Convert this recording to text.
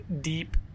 deep